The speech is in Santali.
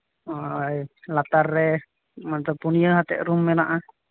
ᱦᱳᱭ ᱞᱟᱛᱟᱨ ᱨᱮ ᱯᱩᱱᱭᱟᱹ ᱠᱟᱛᱮᱫ ᱨᱩᱢ ᱢᱮᱱᱟᱜᱼᱟ